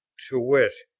to wit,